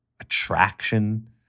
Attraction